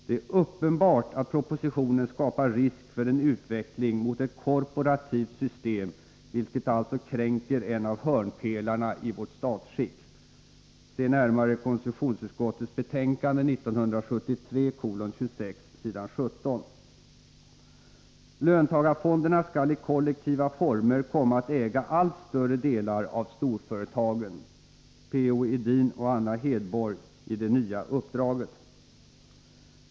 Det är uppenbart att propositionen skapar risk för en utveckling mot ett korporativt system, vilket alltså kränker en av hörnpelarna i vårt statsskick — se närmare konstitutionsutskottets betänkande 1973:26 s. 17. ”Löntagarfonderna skall i kollektiva former komma att äga allt större delar av storföretagen”, står det i P.-O. Edins och Anna Hedborgs Det nya uppdraget.